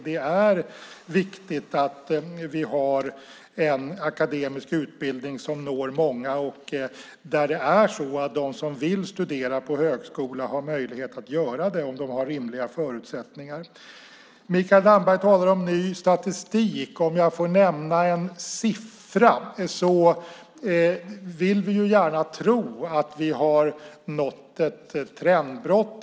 Det är viktigt att vi har en akademisk utbildning som når många och att de som vill studera på högskola har möjlighet att göra det om de har rimliga förutsättningar. Mikael Damberg talar om ny statistik. Får jag nämna en siffra? Vi vill ju gärna tro att vi har nått ett trendbrott.